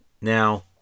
Now